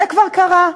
זה כבר קרה.